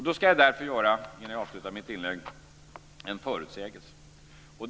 Jag ska därför innan jag avslutar mitt inlägg göra en förutsägelse.